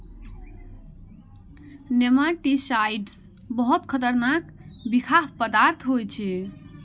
nematicides बहुत खतरनाक बिखाह पदार्थ होइ छै